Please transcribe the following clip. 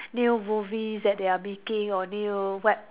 new movies that they are making or new web